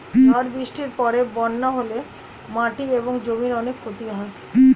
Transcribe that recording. ঝড় বৃষ্টির পরে বন্যা হলে মাটি এবং জমির অনেক ক্ষতি হয়